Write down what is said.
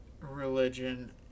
religion